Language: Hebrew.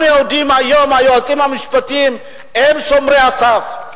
אנחנו יודעים היום שהיועצים המשפטיים הם שומרי הסף.